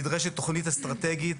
נדרשת תוכנית אסטרטגית,